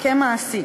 כמעסיק.